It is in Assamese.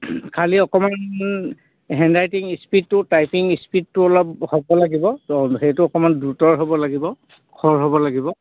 খালি অকণমান হেণ্ডৰাইটিং স্পীডটো টাইপিং স্পীডটো অলপ হ'ব লাগিব সেইটো অকণমান দ্ৰুতৰ হ'ব লাগিব খৰ হ'ব লাগিব